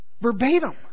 Verbatim